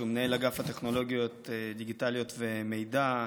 שהוא מנהל אגף טכנולוגיות דיגיטליות ומידע,